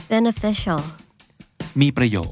Beneficial